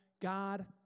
God